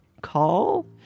Call